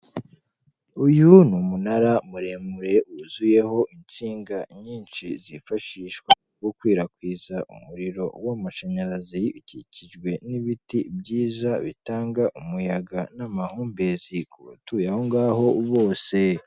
Uyu ni umunara muremure wuzuyeho insinga nyinshi zifashishwa gukwirakwiza umuriro w'amashanyarazi ukikijwe n'ibiti byiza bitanga umuyaga n'amahumbezi ku batuye aho ngaho bose.